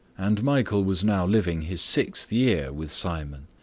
and michael was now living his sixth year with simon.